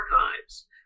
archives